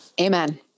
Amen